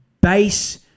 base